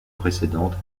précédente